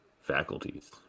faculties